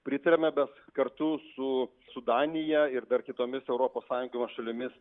pritariame bet kartu su su danija ir dar kitomis europos sąjungos šalimis